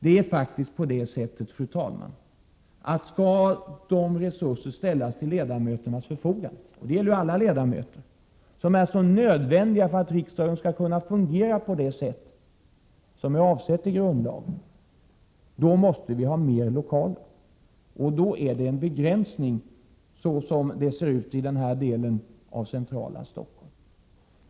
Det är faktiskt så, fru talman, att om de resurser skall ställas till ledamöternas förfogande — det gäller alla ledamöter — som är så nödvändiga för att riksdagen skall kunna fungera på det sätt som är avsett i grundlagen, då måste vi ha ytterligare lokaler. I det läget föreligger begränsningar i denna del av centrala Stockholm.